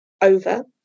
over